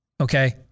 okay